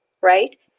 right